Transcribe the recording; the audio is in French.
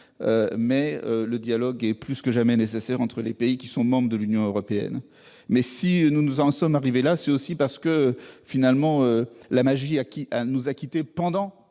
mais le dialogue est plus que jamais nécessaire entre les pays membres de l'Union européenne. Si nous en sommes arrivés là, c'est aussi parce que la magie nous a quittés pendant